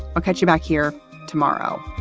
i'll catch you back here tomorrow